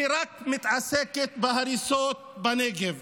שמתעסקת רק בהריסות בנגב.